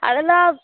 அதெல்லாம்